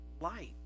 light